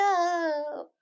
up